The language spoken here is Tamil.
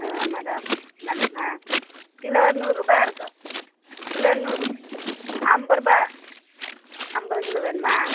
ஆமாம் மேடம் நல் ஆ கிலோ நூறுரூபா இருக்கு கிலோ நூறு அம்பரூபா ஐம்பது கிலோ வேணுமா